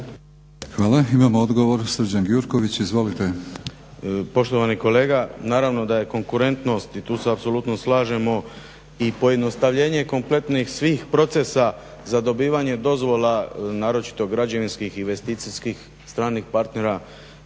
Hvala. Imamo odgovor, Srđan Gjurković. Izvolite. **Gjurković, Srđan (HNS)** Poštovani kolega naravno da je konkurentnost i tu se apsolutno slažemo i pojednostavljenje kompletnih svih procesa za dobivanje dozvola, naročito građevinskih, investicijskih, stranih partnera